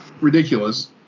Ridiculous